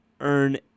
earn